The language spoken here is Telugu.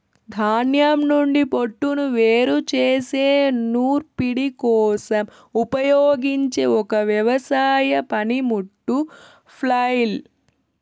ధాన్యం నుండి పోట్టును వేరు చేసే నూర్పిడి కోసం ఉపయోగించే ఒక వ్యవసాయ పనిముట్టు ఫ్లైల్